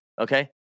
okay